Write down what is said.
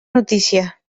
notícia